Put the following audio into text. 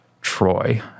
Troy